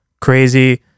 crazy